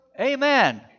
Amen